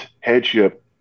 headship